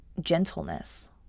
gentleness